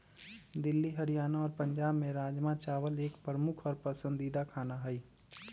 दिल्ली हरियाणा और पंजाब में राजमा चावल एक प्रमुख और पसंदीदा खाना हई